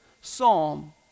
psalm